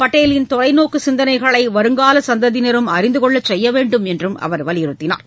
பட்டேலின் தொலைநோக்கு சிந்தனைகளை வருங்கால சந்ததியினரும் அறிந்து கொள்ள செய்ய வேண்டும் எனவும் அவர் வலியுறுத்தினார்